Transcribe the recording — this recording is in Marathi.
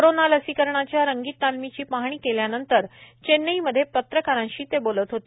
कोरोना लसीकरणाच्या रंगीत तालमीची पाहणी केल्यानंतर चेन्नईमध्ये पत्रकारांशी ते बोलत होते